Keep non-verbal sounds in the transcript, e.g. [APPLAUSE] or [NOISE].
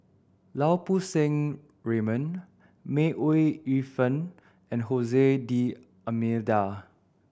Lau Poo Seng Raymond May Ooi Yu Fen and [UNINTELLIGIBLE] D'Almeida